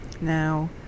now